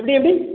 எப்படி எப்படி